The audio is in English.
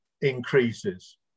increases